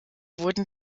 wurden